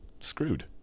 screwed